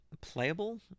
Playable